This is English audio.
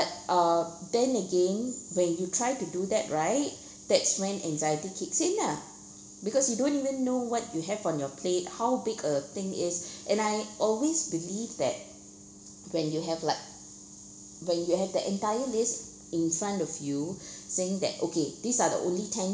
uh then again when you try to do that right that's when anxiety kicks in lah because you don't even know what you have on your plate how big a thing is and I always believe that when you have like when you have the entire list in front of you saying that okay these are the only ten